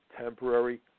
temporary